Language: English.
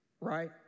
right